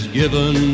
given